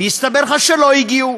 ויסתבר לך שהן לא הגיעו,